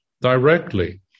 directly